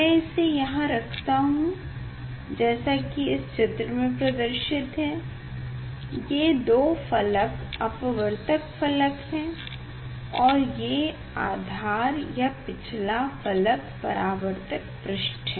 में इसे यहाँ रखता हूँ जैसा कि इस चित्र में प्रदर्शित है ये दो फ़लक अपवर्तक फ़लक हैं और ये आधार या पिछला फ़लक परावर्तक पृष्ठ है